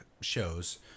shows